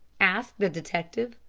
asked the detective.